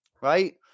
right